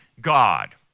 God